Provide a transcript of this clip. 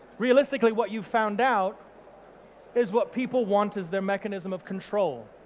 realistically what you found out is what people want is their mechanism of control.